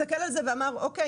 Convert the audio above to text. הסתכל על זה ואמר: אוקיי,